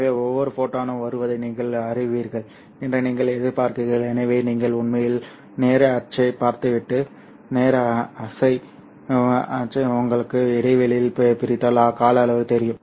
எனவே ஒவ்வொரு ஃபோட்டானும் வருவதை நீங்கள் அறிவீர்கள் என்று நீங்கள் எதிர்பார்க்கிறீர்கள் எனவே நீங்கள் உண்மையில் நேர அச்சைப் பார்த்துவிட்டு நேர அச்சை உங்கள் இடைவெளியில் பிரித்தால் கால அளவு தெரியும்